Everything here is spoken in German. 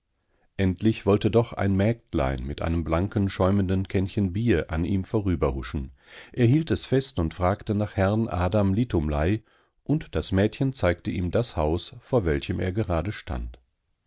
endlich wollte doch ein mägdlein mit einem blanken schäumenden kännchen bier an ihm vorüberhuschen er hielt es fest und fragte nach herrn adam litumlei und das mädchen zeigte ihm das haus vor welchem er gerade stand